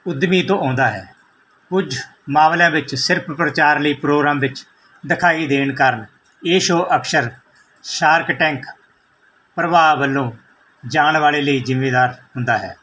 ਉਦਮੀ ਤੋਂ ਆਉਂਦਾ ਹੈ ਕੁਝ ਮਾਮਲਿਆਂ ਵਿੱਚ ਸਿਰਫ ਪ੍ਰਚਾਰ ਲਈ ਪ੍ਰੋਗਰਾਮ ਵਿੱਚ ਦਿਖਾਈ ਦੇਣ ਕਾਰਨ ਇਹ ਸ਼ੋਅ ਅਕਸਰ ਸ਼ਾਰਕ ਟੈਂਕ ਪ੍ਰਭਾਵ ਵੱਲੋਂ ਜਾਣ ਵਾਲੇ ਲਈ ਜ਼ਿੰਮੇਦਾਰ ਹੁੰਦਾ ਹੈ